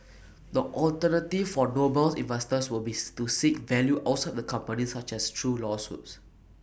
the alternative for Noble's investors will bees to seek value outside the company such as through lawsuits